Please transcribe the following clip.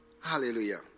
Hallelujah